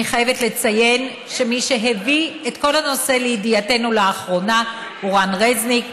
אני חייבת לציין שמי שהביא את כל הנושא לידיעתנו לאחרונה הוא רן רזניק,